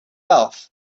wealth